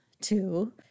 two